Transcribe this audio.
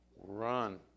Run